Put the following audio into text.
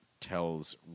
tells